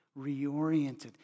reoriented